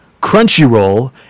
Crunchyroll